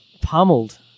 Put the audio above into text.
pummeled